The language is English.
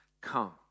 come